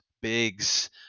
biggs